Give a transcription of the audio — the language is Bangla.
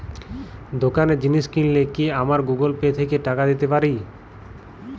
দোকানে জিনিস কিনলে কি আমার গুগল পে থেকে টাকা দিতে পারি?